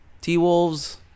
T-Wolves